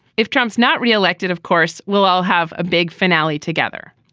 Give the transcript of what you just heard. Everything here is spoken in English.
if trump's not re-elected, of course, we'll all have a big finale together.